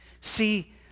See